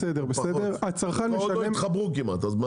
עוד לא התחברו כמעט.